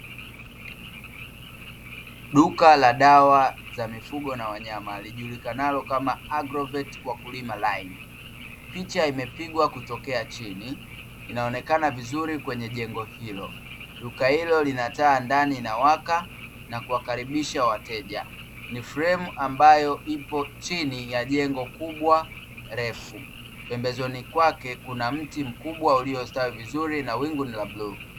Duka la dawa za mifugo na wanyama lijulikanalo kama "Agrovet wakulima line" picha imepigwa kutokea chini inaonekana vizuri kwenye jengo hilo duka hilo linataa ndani inawaka na kuwa karibisha wateja, ni fremu ambayo ipo chini ya jengo kubwa refu pembezoni kwake kuna mti mkubwa uliostawi vizuri na wingu ni la bluu.